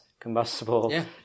Combustible